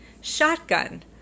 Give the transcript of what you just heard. Shotgun